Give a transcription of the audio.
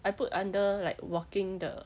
I put under like walking 的